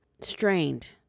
strained